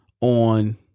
on